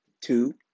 two